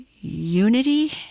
unity